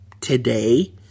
today